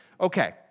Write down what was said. Okay